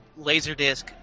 Laserdisc